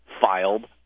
filed